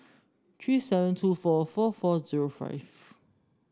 three seven two four four four zero five